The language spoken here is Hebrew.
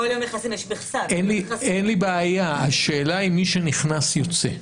אין לי בעיה, השאלה אם מי שנכנס יוצא.